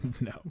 No